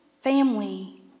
family